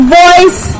voice